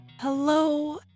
Hello